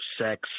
sex